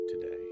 today